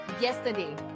yesterday